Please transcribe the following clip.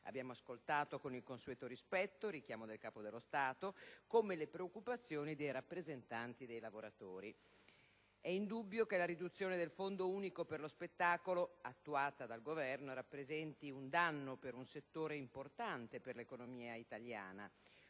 Abbiamo ascoltato con il consueto rispetto il richiamo del Capo dello Stato come le preoccupazioni dei rappresentanti dei lavoratori. È indubbio che la riduzione del Fondo unico per lo spettacolo attuata dal Governo rappresenti un danno per un settore importante per l'economia italiana